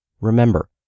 Remember